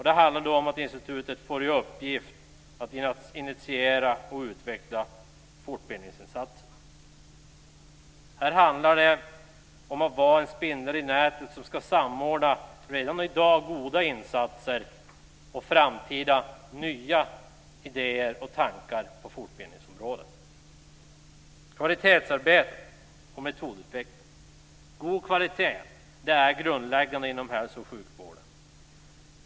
Det handlar då om att institutet får i uppgift att initiera och utveckla fortbildningsinsatser. Här handlar det om att vara en spindel i nätet som ska samordna redan i dag goda insatser samt framtida nya idéer och tankar på fortbildningsområdet. När det gäller kvalitetsarbete och metodutveckling är god kvalitet grundläggande inom hälso och sjukvården.